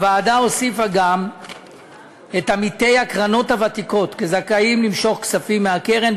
הוועדה הוסיפה גם את עמיתי הקרנות הוותיקות כזכאים למשוך כספים מהקרן,